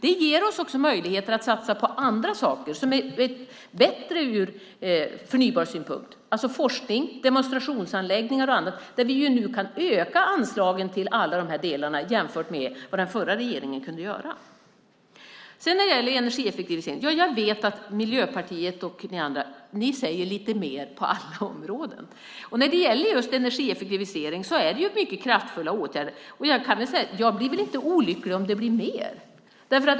Det ger oss också möjligheter att satsa på andra saker som är bättre ur förnybarsynpunkt. Det handlar om forskning, demonstrationsanläggningar och annat, där vi nu kan öka anslagen till alla de delarna jämfört med vad den förra regeringen kunde göra. När det gäller energieffektivisering vet jag att Miljöpartiet och ni andra säger lite mer på alla områden. När det gäller energieffektivisering är det mycket kraftfulla åtgärder. Jag blir väl inte olycklig om det blir mer.